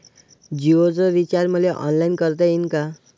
जीओच रिचार्ज मले ऑनलाईन करता येईन का?